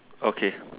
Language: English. okay